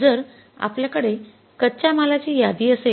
जर आपल्या कडे कच्च्या मालाची यादी असेल